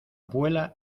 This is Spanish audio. vuela